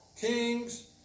kings